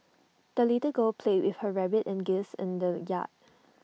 the little girl played with her rabbit and geese in the yard